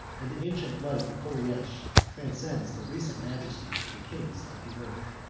and the ancient blood of the koreish transcends the recent majesty of the kings of the earth.